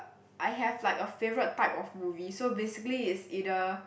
I have like a favourite type of movie so basically it's either